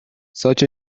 such